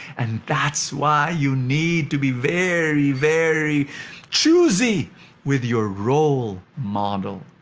and that's why you need to be very, very choosy with your role model.